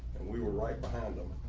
we were right behind them.